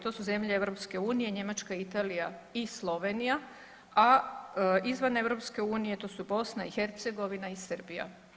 To su zemlje EU, Njemačka, Italija i Slovenija, a izvan EU, to su BiH i Srbija.